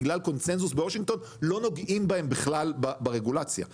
בגלל קונצנזוס בוושינגטון לא נוגעים בהם בכלל ברגולציה ואומרים,